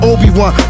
Obi-Wan